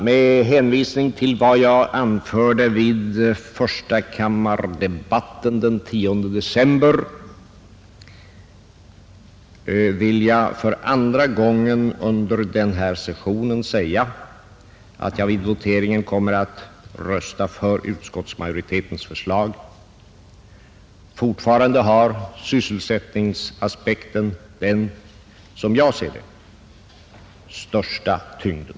Med hänvisning till vad jag anförde under förstakammardebatten den 10 december i fjol vill jag för andra gången under denna session säga att jag vid voteringen kommer att rösta för utskottsmajoritetens förslag. Fortfarande har nämligen, som jag ser det, sysselsättningsaspekten den största tyngden.